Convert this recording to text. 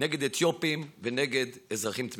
נגד אתיופים ונגד אזרחים תמימים.